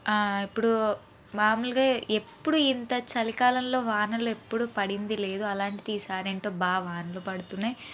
ఇప్పుడు మాములుగా ఎప్పుడూ ఇంత చలి కాలంలో వానలు ఎప్పుడు పడింది లేదు అలాంటిది ఈ సారి ఏంటో బాగా వానలు పడుతున్నాయ్